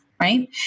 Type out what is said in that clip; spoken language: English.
right